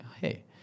Hey